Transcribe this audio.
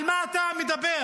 על מה אתה מדבר?